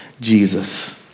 Jesus